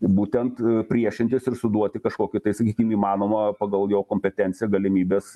būtent priešintis ir suduoti kažkokį tai sakykim įmanomą pagal jo kompetenciją galimybės